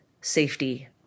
safety